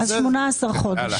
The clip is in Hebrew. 18 חודשים.